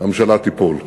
הממשלה תיפול.